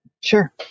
Sure